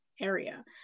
area